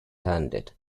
handed